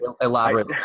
elaborate